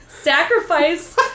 Sacrifice